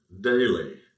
daily